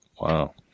Wow